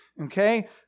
Okay